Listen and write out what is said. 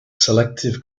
selective